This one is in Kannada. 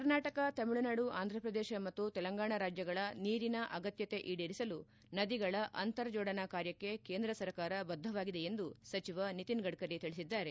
ಕರ್ನಾಟಕ ತಮಿಳುನಾಡು ಆಂಧಪ್ರದೇಶ ಮತ್ತು ತೆಲಂಗಾಣ ರಾಜ್ಲಗಳ ನೀರಿನ ಅಗತ್ಯತೆ ಈಡೇರಿಸಲು ನದಿಗಳ ಅಂತರ್ಜೋಡನಾ ಕಾರ್ಯಕ್ಕೆ ಕೇಂದ್ರ ಸರ್ಕಾರ ಬದ್ದವಾಗಿದೆ ಎಂದು ಸಚಿವ ನಿತಿನ್ ಗಡ್ತರಿ ತಿಳಿಸಿದ್ದಾರೆ